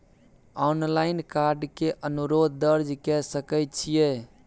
Online card के अनुरोध दर्ज के सकै छियै?